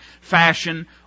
fashion